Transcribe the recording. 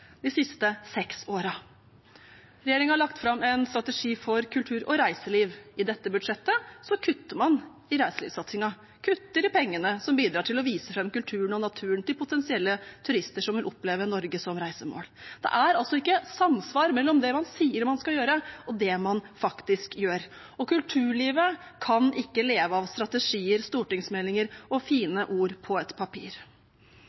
de siste seks årene. Regjeringen har lagt fram en strategi for kultur og reiseliv. I dette budsjettet kutter man i reiselivssatsingen, kutter i pengene som bidrar til å vise fram kulturen og naturen til potensielle turister som vil oppleve Norge som reisemål. Det er altså ikke samsvar mellom det man sier man skal gjøre, og det man faktisk gjør. Kulturlivet kan ikke leve av strategier, stortingsmeldinger og